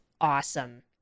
awesome